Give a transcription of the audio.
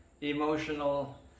emotional